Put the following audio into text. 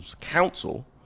counsel